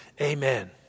Amen